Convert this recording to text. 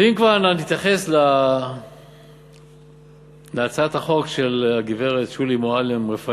ואם כבר אנחנו נתייחס להצעת החוק של הגברת שולי מועלם-רפאלי,